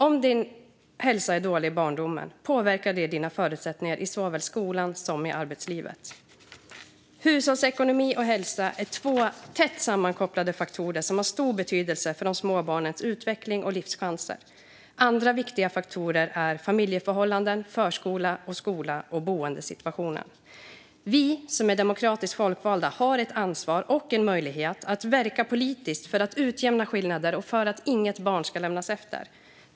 Om din hälsa är dålig i barndomen påverkar det dina förutsättningar i såväl skolan som arbetslivet. Hushållsekonomi och hälsa är två tätt sammankopplade faktorer som har stor betydelse för de små barnens utveckling och livschanser. Andra viktiga faktorer är familjeförhållanden, förskola, skola och boendesituation. Vi som är demokratiskt folkvalda har ett ansvar och en möjlighet att verka politiskt för att utjämna skillnader och för att inget barn ska lämnas efter.